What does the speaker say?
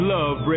Love